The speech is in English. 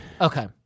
Okay